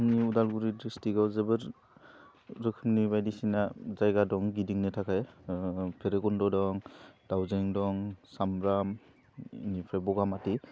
जोंनि उदालगुरि ड्रिस्टिकआव जोबोद रोखोमनि बायदिसिना जायगा दं गिदिंनो थाखाय भैरबखुन्ड दं दावजें दं सामब्राम बिनिफ्राय बगामाथि